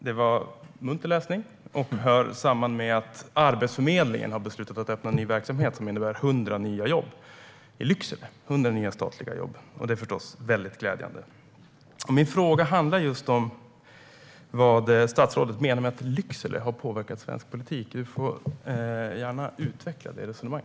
Det var munter läsning, och det hör samman med att Arbetsförmedlingen har beslutat att öppna ny verksamhet som innebär 100 nya statliga jobb i Lycksele. Det är förstås mycket glädjande. Min fråga handlar just om vad statsrådet menar med att Lycksele har påverkat svensk politik. Statsrådet får gärna utveckla detta resonemang.